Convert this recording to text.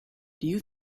you